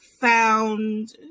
found